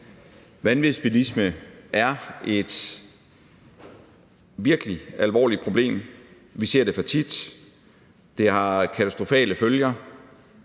Vanvidsbilisme er et virkelig alvorligt problem. Vi ser det for tit, og det har katastrofale følger.